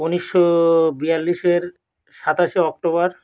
উনিশশো বিয়াল্লিশের সাতাশে অক্টোবর